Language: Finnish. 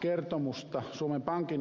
kertomusta suomen pankin osalta